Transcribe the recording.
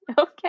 Okay